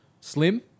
Slim